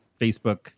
Facebook